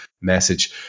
message